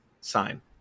sign